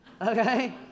Okay